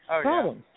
problems